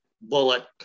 bullet